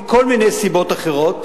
מכל מיני סיבות אחרות.